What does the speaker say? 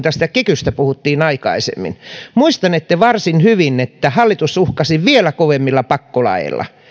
tästä kikystä puhuttiin aikaisemmin muistanette varsin hyvin että hallitus uhkasi vielä kovemmilla pakkolaeilla